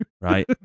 Right